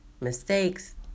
mistakes